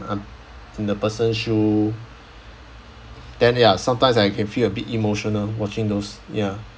um in the person shoe then ya sometimes I can feel a bit emotional watching those ya